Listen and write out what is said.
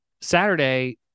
saturday